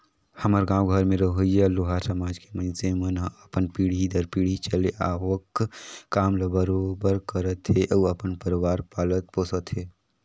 हमर गाँव घर में रहोइया लोहार समाज के मइनसे मन ह अपन पीढ़ी दर पीढ़ी चले आवक काम ल बरोबर करत हे अउ अपन परवार पालत पोसत हे